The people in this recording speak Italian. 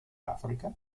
africa